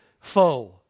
foe